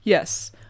Yes